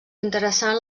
interessant